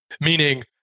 meaning